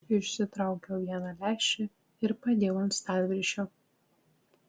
išsitraukiau vieną lęšį ir padėjau ant stalviršio